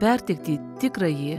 perteikti tikrąjį